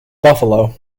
buffalo